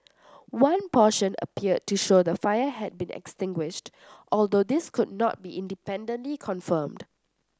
one portion appeared to show the fire had been extinguished although this could not be independently confirmed